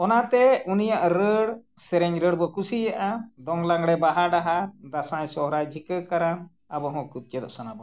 ᱚᱱᱟᱛᱮ ᱩᱱᱤᱭᱟᱜ ᱨᱟᱹᱲ ᱥᱮᱨᱮᱧ ᱨᱟᱹᱲ ᱵᱚᱱ ᱠᱩᱥᱤᱭᱟᱜᱼᱟ ᱫᱚᱝ ᱞᱟᱜᱽᱬᱮ ᱵᱟᱦᱟ ᱰᱟᱦᱟᱨ ᱫᱟᱸᱥᱟᱭ ᱥᱚᱦᱨᱟᱭ ᱡᱷᱤᱸᱠᱟᱹ ᱠᱟᱨᱟᱢ ᱟᱵᱚ ᱦᱚᱸ ᱪᱮᱫᱚᱜ ᱥᱟᱱᱟ ᱵᱚᱱᱟ ᱚᱱᱟ